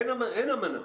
אין אמנה.